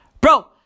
Bro